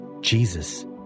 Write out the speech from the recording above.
Jesus